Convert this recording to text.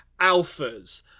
alphas